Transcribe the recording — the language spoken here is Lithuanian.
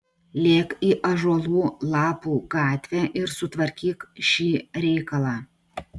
lėk į ąžuolų lapų gatvę ir sutvarkyk šį reikalą